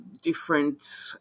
different